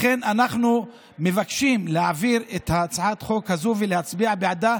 לכן אנחנו מבקשים להעביר את הצעת החוק הזאת ולהצביע בעדה,